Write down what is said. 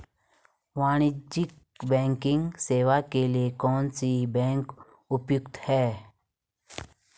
वाणिज्यिक बैंकिंग सेवाएं के लिए कौन सी बैंक उपयुक्त है?